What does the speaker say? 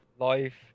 life